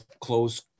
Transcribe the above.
close